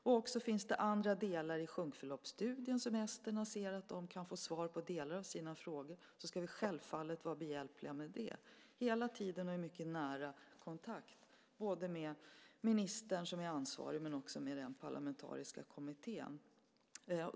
Och finns det andra delar i sjunkförloppsstudierna där estländarna ser att de kan få svar på sina frågor ska vi självfallet vara behjälpliga med det - hela tiden och i mycket nära kontakt både med ansvarig minister och med den parlamentariska kommittén.